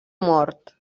mort